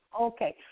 Okay